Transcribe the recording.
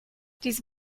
these